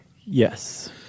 Yes